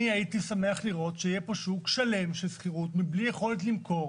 אני הייתי שמח לראות שיהיה פה שוק שלם של שכירות מבלי יכולת למכור.